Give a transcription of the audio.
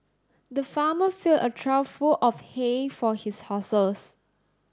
the farmer filled a trough full of hay for his horses